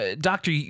doctor